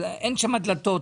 ואין שם דלתות,